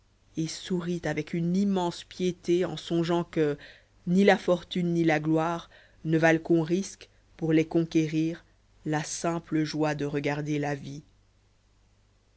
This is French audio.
et sourit avec une immense pitié en songeant que ni la fortune ni la gloire ne valent qu'on risque pour les conquérir la simple joie de regarder la vie